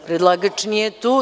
Predlagač nije tu.